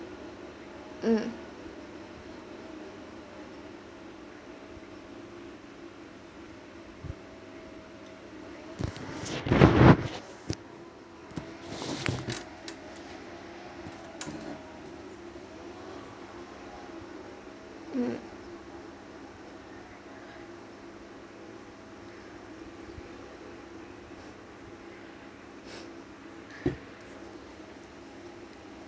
um um